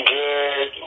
good